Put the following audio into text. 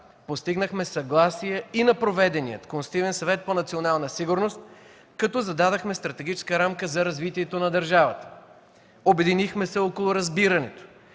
постигнахме съгласие и на проведения Консултативен съвет за национална сигурност, като зададохме стратегическа рамка за развитието на държавата. Обединихме се около разбирането,